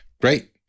great